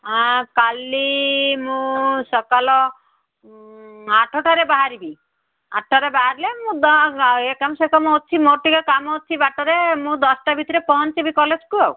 ହଁ କାଲି ମୁଁ ସକାଳ ଆଠଟାରେ ବାହାରିବି ଆଠଟାରେ ବାହାରିଲେ ମୁଁ ଏ କାମ ସେ କାମ ଅଛି ମୋର ଟିକିଏ କାମ ଅଛି ବାଟରେ ମୁଁ ଦଶଟା ଭିତରେ ପହଞ୍ଚିବି କଲେଜକୁ ଆଉ